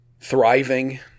thriving